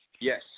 Yes